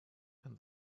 and